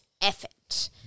effort